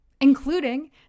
including